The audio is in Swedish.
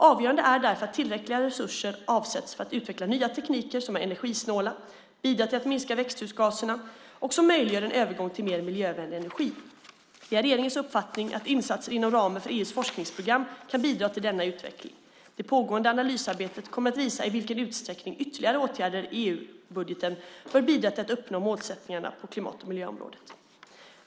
Avgörande är därför att tillräckliga resurser avsätts för att utveckla nya tekniker som är energisnåla, bidrar till att minska växthusgaserna och möjliggör en övergång till mer miljövänlig energi. Det är regeringens uppfattning att insatser inom ramen för EU:s forskningsprogram kan bidra till denna utveckling. Det pågående analysarbetet kommer att visa i vilken utsträckning ytterligare åtgärder i EU-budgeten bör bidra till att uppnå målsättningarna på klimat och miljöområdet.